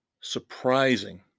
surprising